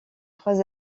trois